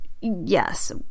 Yes